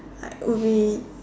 like would be